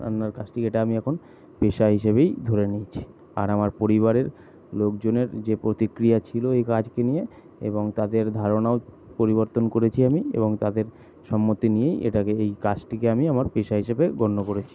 রান্নার কাজটি যেটা আমি এখন পেশা হিসেবেই ধরে নিয়েছি আর আমার পরিবারের লোকজনের যে প্রতিক্রিয়া ছিল এই কাজকে নিয়ে এবং তাদের ধারণাও পরিবর্তন করেছি আমি এবং তাদের সম্মতি নিয়েই এটাকে এই কাজটিকে আমি আমার পেশা হিসাবে গণ্য করেছি